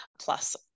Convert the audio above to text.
plus